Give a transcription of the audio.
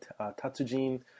Tatsujin